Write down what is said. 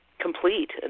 complete